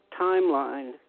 Timeline